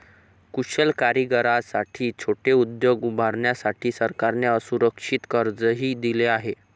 कुशल कारागिरांसाठी छोटे उद्योग उभारण्यासाठी सरकारने असुरक्षित कर्जही दिले आहे